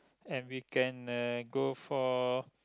and we can uh go for